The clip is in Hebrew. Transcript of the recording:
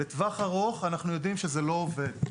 לטווח ארוך אנחנו יודעים שזה לא עובד.